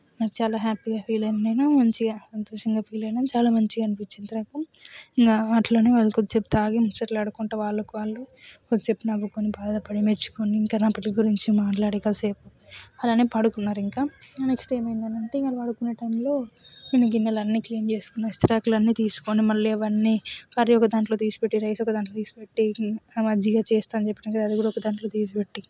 నేను చాలా హ్యాపీగా ఫీల్ అయ్యాను నేను మంచిగా సంతోషంగా ఫీల్ అయిన చాలా మంచిగా అనిపించింది నాకు ఇంకా అట్లాగే వాళ్ళు కొంతసేపు దాగి ముచ్చట్లు ఆడుకుంటా వాళ్లకు వాళ్లు కొద్దిసేపు నవ్వుకొని బాధపడి మెచ్చుకొని ఇంకా నా పెళ్లి గురించి మాట్లాడి కాసేపు అలాగే పడుకున్నారు ఇంకా ఆ నెక్స్ట్ డే ఏమైందంటే నేను పడుకునే టైంలో నేను గిన్నెలన్ని క్లీన్ చేసిన విస్త రాకులన్నీ తీసుకొని మళ్ళీ అవన్నీ కర్రీ ఒక దాంట్లో తీసి పెట్టి రైస్ ఒక దాంట్లో తీసి పెట్టి మజ్జిగ చేస్తానని చెప్పింది కాదు కదా అది కూడా ఒక దాంట్లో తీసి పెట్టి